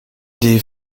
des